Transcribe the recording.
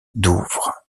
douvres